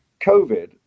COVID